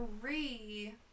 three